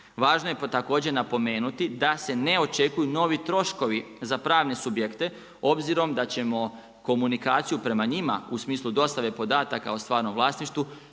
Važno je također napomenuti da se ne očekuju novi troškovi za pravne subjekte obzirom da ćemo komunikaciju prema njima u smislu dostave podataka o stvarnom vlasništvu